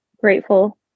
grateful